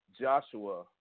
Joshua